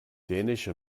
dänische